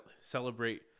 celebrate